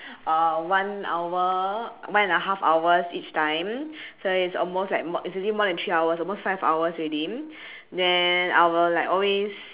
uh one hour one and a half hours each time so it's almost like more it's already more than three hours almost five hours already then I will always